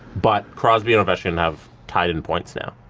but crosby and ovechkin have tied in points now.